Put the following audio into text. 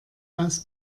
aus